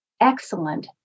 excellent